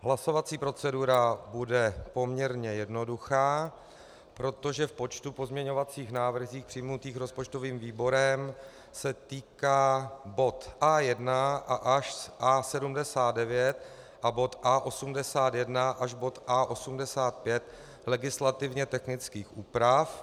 Hlasovací procedura bude poměrně jednoduchá, protože v počtu pozměňovacích návrhů přijatých rozpočtovým výborem se týká bod A1 až A79 a bod A81 až bod A85 legislativně technických úprav.